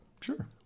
Sure